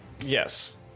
Yes